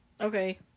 okay